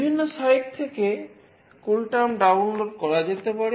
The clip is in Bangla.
বিভিন্ন সাইট থেকে CoolTerm ডাউনলোড করা যেতে পারে